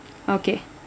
okay